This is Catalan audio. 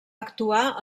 actuar